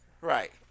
Right